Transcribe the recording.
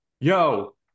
Yo